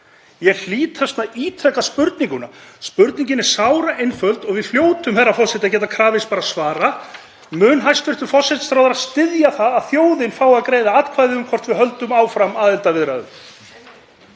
Ég hlýt að ítreka spurningu mína. Spurningin er sáraeinföld og við hljótum, herra forseti, að geta krafist svara: Mun hæstv. forsætisráðherra styðja það að þjóðin fái að greiða atkvæði um hvort við höldum áfram aðildarviðræðum?